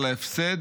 על ההפסד